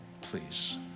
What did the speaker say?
Please